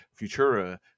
Futura